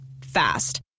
Fast